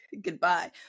goodbye